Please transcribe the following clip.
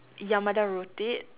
Yamada wrote it